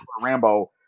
Rambo